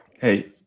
Hey